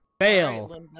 fail